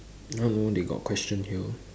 I don't know they got question here